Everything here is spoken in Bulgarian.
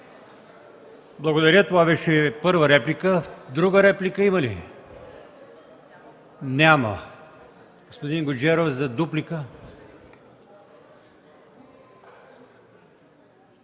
Благодаря. Това беше първа реплика. Друга реплика има ли? Няма. Господин Гуджеров, за дуплика.